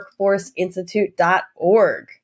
workforceinstitute.org